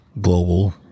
Global